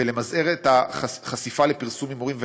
ולמזער את החשיפה לפרסום הימורים ונזקיו.